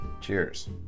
Cheers